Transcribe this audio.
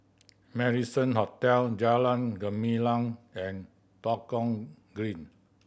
Marrison Hotel Jalan Gumilang and Tua Kong Green